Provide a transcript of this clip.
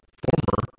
former